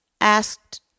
asked